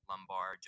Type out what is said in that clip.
Lumbar